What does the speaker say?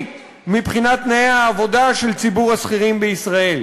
מבחינת תנאי העבודה של ציבור השכירים בישראל.